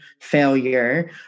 failure